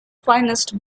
finest